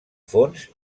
fons